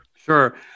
Sure